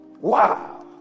Wow